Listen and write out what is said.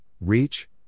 Reach